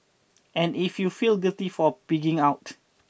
and if you feel guilty for pigging out